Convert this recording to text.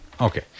Okay